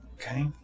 Okay